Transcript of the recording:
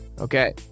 Okay